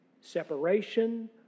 Separation